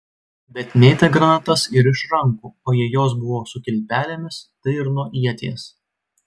bet mėtė granatas ir iš rankų o jei jos buvo su kilpelėmis tai ir nuo ieties